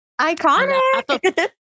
Iconic